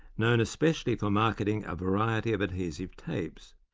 known especially for marketing a variety of adhesive tapes.